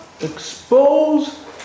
expose